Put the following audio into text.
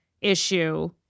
issue